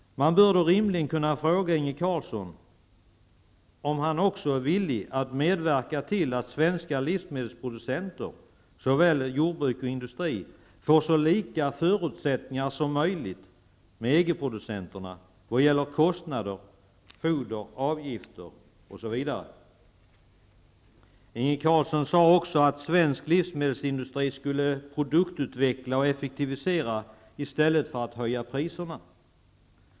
Man bör då rimligen fråga Inge Carlsson om han också är villig att medverka till att svenska livmedelsproducenter såväl inom jordbruk som inom industri får så lika förutsättningar som möjligt i förhållande till EG-producenterna i fråga om kostnader för foder, avgifter osv. Inge Carlsson sade också att svensk livsmedelsindustri skulle produktutveckla och effektivisera i stället för att höja priserna.